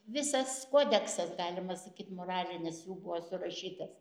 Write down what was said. visas kodeksas galima sakyt moralinis jų buvo surašytas